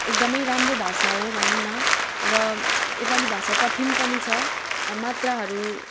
एकदम राम्रो भाषा हो भनौँ न र नेपाली भाषा कठिन पनि छ र मात्राहरू